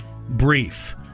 brief